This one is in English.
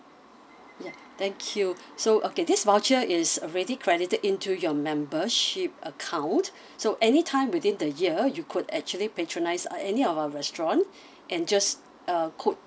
ya thank you so okay this voucher is already credited into your membership account so anytime within the year you could actually patronise uh any of our restaurant and just uh quote